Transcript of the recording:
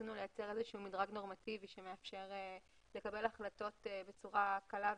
ניסינו לייצר איזשהו מדרג נורמטיבי שמאפשר לקבל החלטות בצורה קלה,